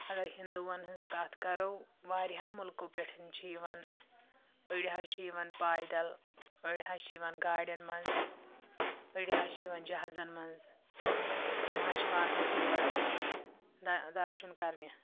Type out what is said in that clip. اگر ہِندوٗوَن ہِنٛز کَتھ کَرو واریَہو مُلکو پٮ۪ٹھ چھِ یوان أڑۍ حظ چھِ یِوان پایدَل أڑۍ حظ چھِ یِوان گاڑٮ۪ن منٛز أڑۍ حظ چھِ یِوان جَہازَن منٛز تِم حظ چھِ واتَان تور دَ دَرشَن کَرنہِ